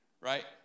right